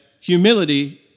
humility